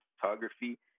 photography